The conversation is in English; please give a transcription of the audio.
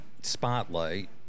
Spotlight